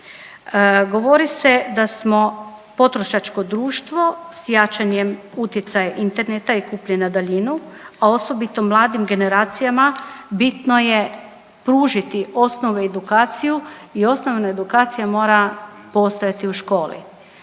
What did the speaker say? govori se da smo potrošačko društvo s jačanjem utjecaja interneta i kupnje na daljinu, a osobito mladim generacijama bitno je pružiti osnovnu edukaciju i osnovna edukacija mora postojati u školi.